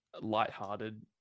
lighthearted